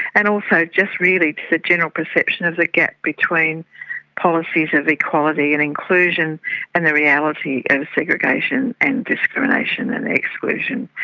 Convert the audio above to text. and also just really the general perception of the gap between policies of equality and inclusion and the reality of segregation and discrimination and exclusion.